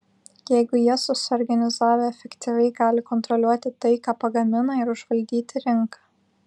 jeigu jie susiorganizavę efektyviai gali kontroliuoti tai ką pagamina ir užvaldyti rinką